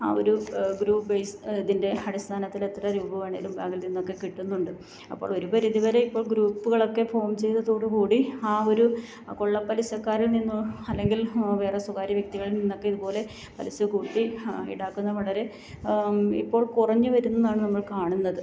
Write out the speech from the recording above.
ആ ഒരു group base ഇതിൻ്റെ അടിസ്ഥാനത്തിൽ എത്ര രൂപ വേണമെങ്കിലും ബാങ്കിൽ നിന്നൊക്കെ കിട്ടുന്നുണ്ട് അപ്പോൾ ഒരു പരിധി വരെ ഇപ്പോൾ ഗ്രൂപ്പുകളൊക്കെ ഫോം ചെയ്തതോടുകൂടി ആ ഒരു കൊള്ള പലിശക്കാരിൽ നിന്നോ അല്ലെങ്കിൽ വേറെ സ്വകാര്യ വ്യക്തികളിൽ നിന്നൊക്കെ ഇതുപോലെ പലിശ കൂട്ടി ഈടാക്കുന്ന വളരെ ഇപ്പോൾ കുറഞ്ഞ് വരുന്നതാണ് നമ്മൾ കാണുന്നത്